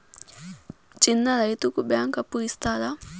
చిన్న రైతుకు బ్యాంకు అప్పు ఇస్తారా?